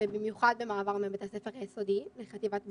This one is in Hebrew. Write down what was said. ובמיוחד במעבר מבית הספר היסודי לחטיבת ביניים,